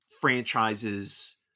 franchises